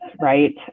Right